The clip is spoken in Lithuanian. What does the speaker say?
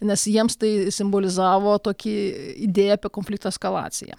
nes jiems tai simbolizavo tokį idėją apie konflikto eskalaciją